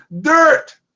Dirt